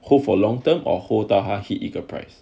hold for long term or hold 到一个 price